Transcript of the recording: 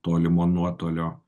tolimo nuotolio